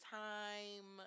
time